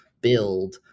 build